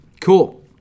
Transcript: Cool